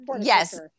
yes